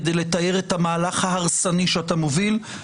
כדי לתאר את המהלך ההרסני שאתה מוביל,